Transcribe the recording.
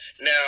Now